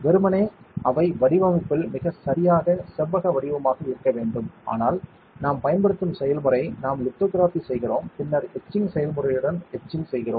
வெறுமனே அவை வடிவமைப்பில் மிகச் சரியாக செவ்வக வடிவமாக இருக்க வேண்டும் ஆனால் நாம் பயன்படுத்தும் செயல்முறை நாம் லித்தோகிராஃபி செய்கிறோம் பின்னர் எட்சிங் செயல்முறையுடன் எட்சிங் செய்கிறோம்